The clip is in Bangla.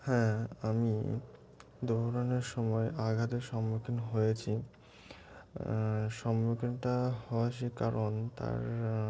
হ্যাঁ আমি দৌড়ানোর সময় আঘাতের সম্মুখীন হয়েছি সম্মুখীনটা হয়েছি কারণ তার